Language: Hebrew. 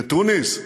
בתוניס?